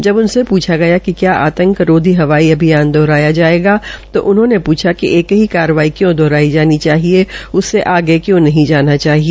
जब उनसे पूछा गया कि क्या आतंक रोधी हवाई अभियान दोहराया जायेगा तो उन्होंने पूछा कि एक ही कार्रवाई क्यों दोहाराई जानी चाहिए उससे आगे क्यों नहीं जाना चाहिए